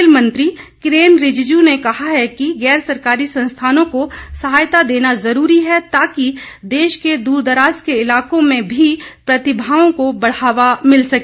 खेल मंत्री किरेन रिजिजू ने कहा कि गैरसरकारी संस्थानों को सहायता देना जरूरी है ताकि देश के दूरदराज के इलाकों में भी प्रतिभाओं को बढ़ावा मिल सके